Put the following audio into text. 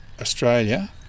Australia